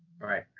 Right